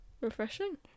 Refreshing